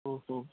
ଓହୋ